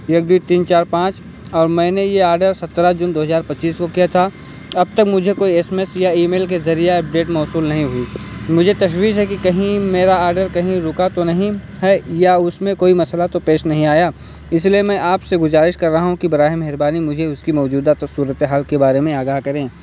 ایک دو تین چار پانچ اور میں نے یہ آڈر سترہ جون دو ہزار پچیس کو کیا تھا اب تک مجھے کوئی ایس ایم ایس یا ای میل کے ذریعہ اپڈیٹ موصول نہیں ہوئی مجھے تشویش ہے کہ کہیں میرا آڈر کہیں رکا تو نہیں ہے یا اس میں کوئی مسئلہ تو پیش نہیں آیا اس لیے میں آپ سے گزارش کر رہا ہوں کہ براہ مہربانی مجھے اس کی موجودہ صورت حال کے بارے میں آگاہ کریں